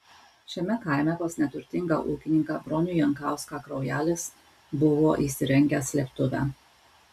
šiame kaime pas neturtingą ūkininką bronių jankauską kraujelis buvo įsirengęs slėptuvę